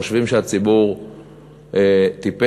חושבים שהציבור טיפש,